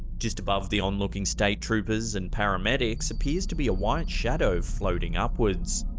just above the onlooking state troopers and paramedics appears to be a white shadow floating upwards.